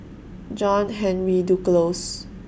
John Henry Duclos